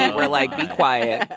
were like, be quiet.